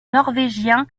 norvégien